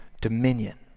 dominion